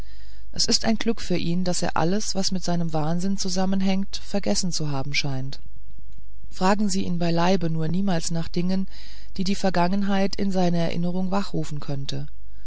es ist ein glück für ihn daß er alles was mit seinem wahnsinn zusammenhängt vergessen zu haben scheint fragen sie ihn beileibe nur niemals nach dingen die die vergangenheit in seiner erinnerung wachrufen könnten